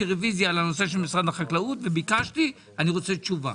רביזיה על הנושא של משרד החקלאות וביקשתי תשובה.